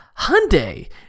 Hyundai